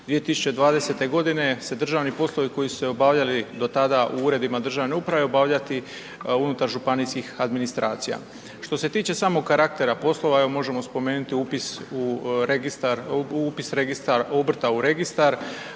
2020.g. se državni poslovi koji su se obavljali do tada u Uredima državne uprave, obavljati unutar županijskih administracija. Što se tiče samog karaktera poslova, evo možemo spomenuti upis u registar,